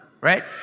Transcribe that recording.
right